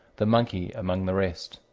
the monkey among the rest.